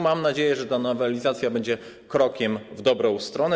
Mam nadzieję, że ta nowelizacja będzie krokiem w dobrą stronę.